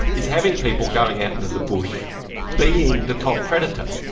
is having people going out into the bush being the top predator.